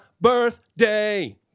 birthday